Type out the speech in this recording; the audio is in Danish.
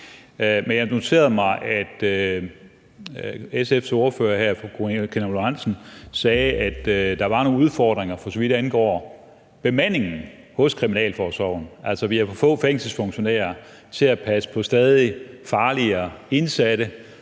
jeg noterede mig, at SF's ordfører her, fru Karina Lorenzen Dehnhardt, sagde, at der var nogle udfordringer, for så vidt angår bemandingen i kriminalforsorgen. Vi har for få fængselsfunktionærer til at passe på stadig farligere indsatte